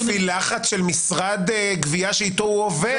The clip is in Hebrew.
10:24) או לפי לחץ של משרד גבייה שאיתו הוא עובד,